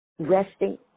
resting